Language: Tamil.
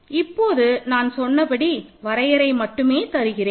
இப்போது நான் சொன்னபடி வரையறை மட்டுமே தருகிறேன்